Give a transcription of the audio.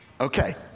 Okay